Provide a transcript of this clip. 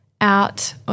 out